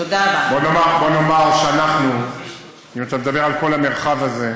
בוא נאמר שאנחנו, אם אתה מדבר על כל המרחב הזה,